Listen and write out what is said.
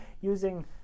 using